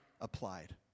applied